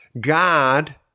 God